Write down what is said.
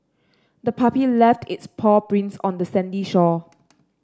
the puppy left its paw prints on the sandy shore